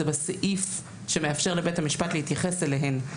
בסעיף שמאפשר לבית המשפט להתייחס אליהן,